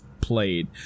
played